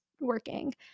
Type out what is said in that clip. working